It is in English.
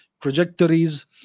trajectories